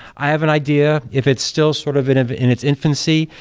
i have an idea. if it's still sort of in ah in its infancy,